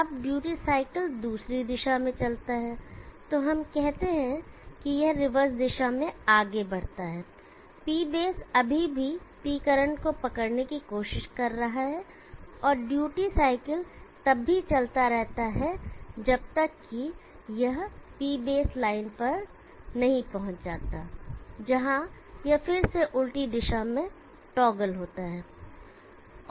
अब duty cycle दूसरी दिशा में चलता है तो हम कहते हैं कि यह रिवर्स दिशा में आगे बढ़ता है P बेस अभी भी P करंट को पकड़ने की कोशिश कर रहा है और ड्यूटी साइकिल तब भी चलता रहता है जब तक कि यह P बेस लाइन तक नहीं पहुंच जाता जहां यह फिर से उल्टी दिशा में टॉगल होता है